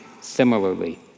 similarly